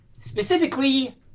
specifically